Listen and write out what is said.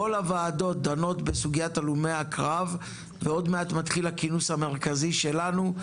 כל הוועדות דנות בסוגיית הלומי הקרב ועוד מעט מתחיל הכינוס המרכזי שלנו.